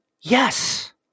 Yes